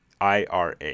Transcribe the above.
IRA